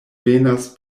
venas